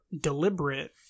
deliberate